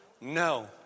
No